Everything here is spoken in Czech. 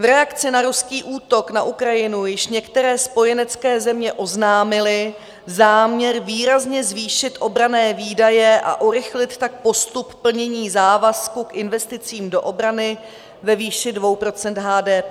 V reakci na ruský útok na Ukrajinu již některé spojenecké země oznámily záměr výrazně zvýšit obranné výdaje a urychlit tak postup plnění závazku k investicím do obrany ve výši 2 % HDP.